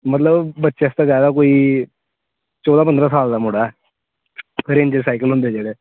मतलब बच्चे आस्तै चाही दा कोई चौदां पंदरां साल दा मुड़ा ऐ रेंजर साइकल होंदे जेह्ड़े